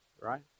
right